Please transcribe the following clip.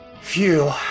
Phew